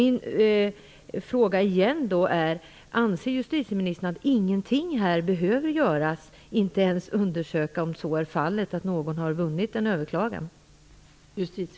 Min fråga är då återigen: Anser justitieministern att man inte behöver göra någonting här, inte ens undersöka om någon har vunnit ett överklagande?